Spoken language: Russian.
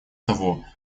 того